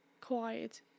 quiet